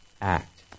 act